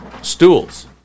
Stools